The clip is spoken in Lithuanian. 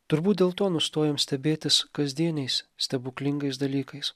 turbūt dėl to nustojom stebėtis kasdieniais stebuklingais dalykais